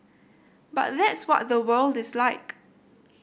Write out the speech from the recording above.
but that's what the world is like